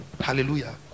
Hallelujah